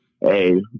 hey